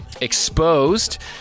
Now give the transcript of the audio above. exposed